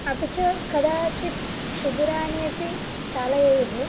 अपि च कदाचित् शिबिराणि अपि चालयेयुः